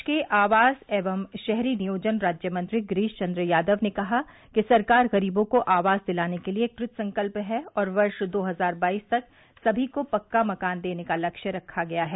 प्रदेश के आवास एवं शहरी नियोजन राज्य मंत्री गिरीश चन्द्र यादव ने कहा कि सरकार गरीबों को आवास दिलाने के लिए कृतसंकल्प है और वर्ष दो हजार बाइस तक समी को पक्का मकान देने का लक्ष्य रखा गया है